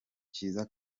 cyiza